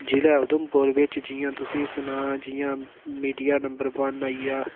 जि'ला उधमपुर बिच्च जियां तुसेंगी सनां जि'यां मीडिया नम्बर बन आई गेआ